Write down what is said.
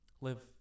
Live